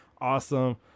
awesome